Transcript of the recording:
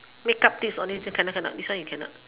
make up tips only cannot cannot this one you cannot